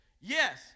yes